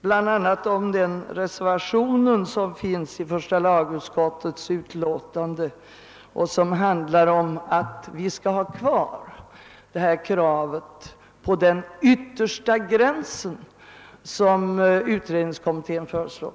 bland annat om reservationen 5 till första lagutskottets utlåtande och som handlar om att vi skall ha kvar kravet på den yttersta gräns som utredningen föreslår.